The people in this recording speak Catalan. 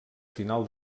final